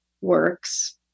works